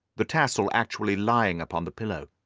the tassel actually lying upon the pillow.